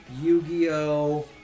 Yu-Gi-Oh